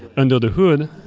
under the hood,